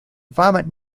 vomit